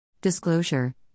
Disclosure